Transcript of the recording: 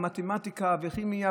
מתמטיקה וכימיה,